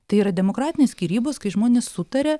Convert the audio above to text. tai yra demokratinės skyrybos kai žmonės sutaria